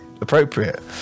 appropriate